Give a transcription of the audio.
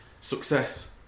success